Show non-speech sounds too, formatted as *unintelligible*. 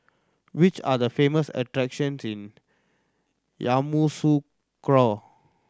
which are the famous attraction *unintelligible* Yamoussoukro